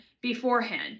beforehand